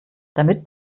damit